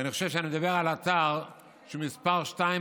ואני חושב שאני מדבר על אתר שהוא מס' שתיים